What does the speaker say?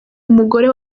umugore